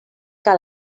que